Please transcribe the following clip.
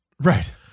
right